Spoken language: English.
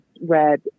read